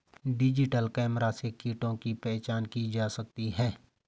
digital camera से कीटों की पहचान की जा सकती है